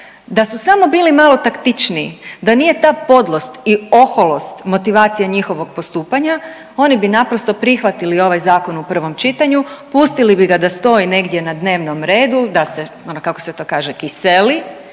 Da su samo bili malo taktičniji, da nije ta podlost i oholost motivacija njihovog postupanja oni bi naprosto prihvatili ovaj zakon u prvom čitanju, pustili bi ga da stoji negdje na dnevnom redu, da se ono kao što se to kaže kiseli.